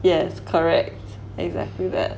yes correct exactly that